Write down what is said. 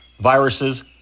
viruses